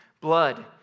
blood